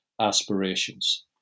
aspirations